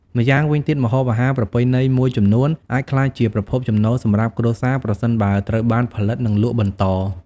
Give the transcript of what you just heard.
ម្យ៉ាងវិញទៀត ម្ហូបអាហារប្រពៃណីមួយចំនួនអាចក្លាយជាប្រភពចំណូលសម្រាប់គ្រួសារ ប្រសិនបើត្រូវបានផលិត និងលក់បន្ត។